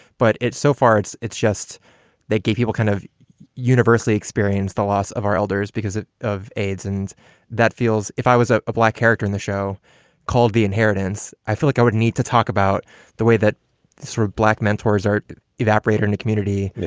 but it's so far it's it's just that gay people kind of universally experience the loss of our elders because of aids. and that feels if i was a black character in the show called the inheritance, i feel like i would need to talk about the way that sort of black mentors are evaporator in the community.